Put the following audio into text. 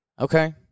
Okay